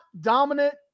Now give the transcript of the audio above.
dominant